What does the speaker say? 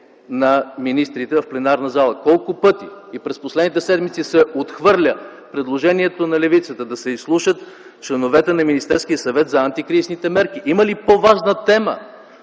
на министрите в пленарната зала! Колко пъти, и през последните седмици, се отхвърля предложението на левицата да се изслушат членовете на Министерския съвет за антикризисните мерки? Има ли по-важна тема